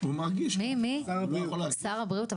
שר הבריאות.